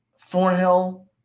Thornhill